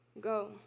Go